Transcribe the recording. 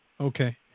Okay